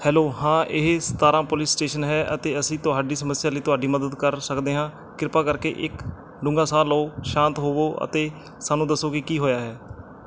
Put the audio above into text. hello ਹਾਂ ਇਹ ਸਤਾਰ੍ਹਾਂ ਪੁਲਿਸ ਸਟੇਸ਼ਨ ਹੈ ਅਤੇ ਅਸੀਂ ਤੁਹਾਡੀ ਸਮੱਸਿਆ ਲਈ ਤੁਹਾਡੀ ਮਦਦ ਕਰ ਸਕਦੇ ਹਾਂ ਕਿਰਪਾ ਕਰਕੇ ਇੱਕ ਡੂੰਘਾ ਸਾਹ ਲਓ ਸ਼ਾਂਤ ਹੋਵੋ ਅਤੇ ਸਾਨੂੰ ਦੱਸੋ ਵੀ ਕੀ ਹੋਇਆ ਹੈ